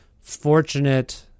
fortunate